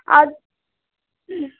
ಅದು ಹ್ಞೂ